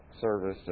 service